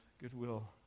Goodwill